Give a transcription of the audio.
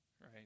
right